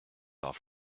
off